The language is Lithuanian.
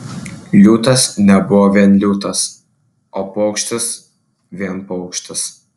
liūtas nebuvo vien liūtas o paukštis vien paukštis